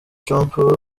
trump